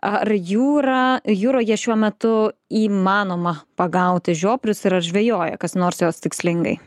ar jūrą jūroje šiuo metu įmanoma pagauti žiobrius ir ar žvejoja kas nors juos tikslingai